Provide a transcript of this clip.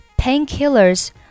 painkillers